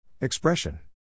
Expression